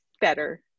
better